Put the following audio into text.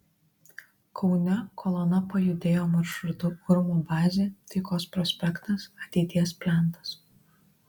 kaune kolona pajudėjo maršrutu urmo bazė taikos prospektas ateities plentas